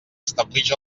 establix